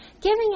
giving